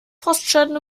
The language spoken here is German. frostschäden